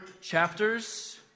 chapters